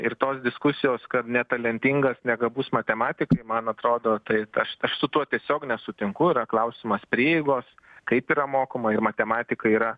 ir tos diskusijos kad netalentingas negabus matematikai man atrodo tai aš aš su tuo tiesiog nesutinku yra klausimas prieigos kaip yra mokoma ir matematika yra